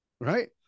Right